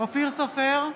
אופיר סופר,